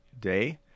day